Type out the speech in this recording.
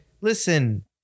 Listen